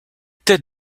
tête